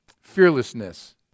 fearlessness